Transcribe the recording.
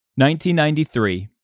1993